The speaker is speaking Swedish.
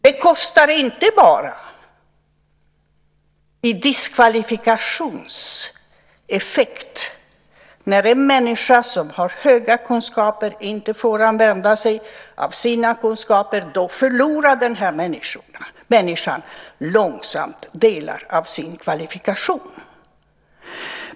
Det kostar inte bara i diskvalifikationseffekt. När en människa som har höga kunskaper inte får använda sig av sina kunskaper, förlorar människan långsamt delar av sin kvalifikation.